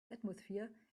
atmosphere